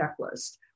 checklist